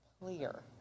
clear